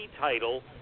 title